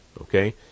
Okay